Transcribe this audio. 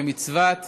כמצוות